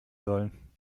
sollen